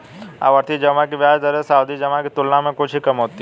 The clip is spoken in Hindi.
आवर्ती जमा की ब्याज दरें सावधि जमा की तुलना में कुछ ही कम होती हैं